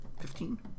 Fifteen